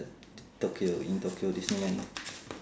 tokyo in tokyo disneyland